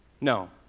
No